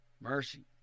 Mercy